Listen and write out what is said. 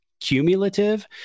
cumulative